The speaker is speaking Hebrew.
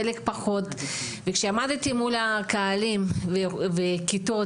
חלק פחות וכשעמדתי מול הקהלים וכיתות,